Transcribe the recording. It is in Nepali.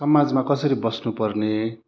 समाजमा कसरी बस्नु पर्ने